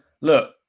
look